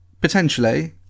Potentially